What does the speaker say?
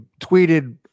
tweeted